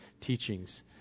teachings